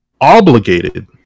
obligated